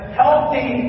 healthy